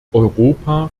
europa